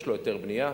יש לו היתר בנייה,